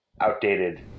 outdated